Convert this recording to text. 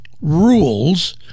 rules